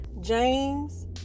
James